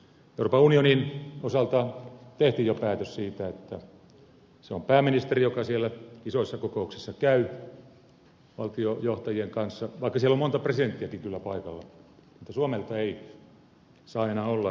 euroopan unionin osalta tehtiin jo päätös siitä että se on pääministeri joka siellä isoissa kokouksissa käy valtiojohtajien kanssa vaikka siellä on monta presidenttiäkin paikalla mutta suomelta ei saa enää olla